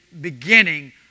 beginning